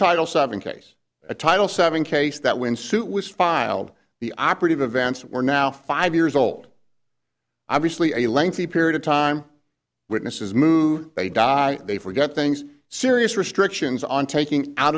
title seven case a title seven case that when suit was filed the operative events were now five years old obviously a lengthy period of time witnesses mood they die they forget things serious restrictions on taking out